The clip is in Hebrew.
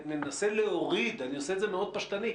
ננסה להוריד, אני עושה את זה מאוד פשטני.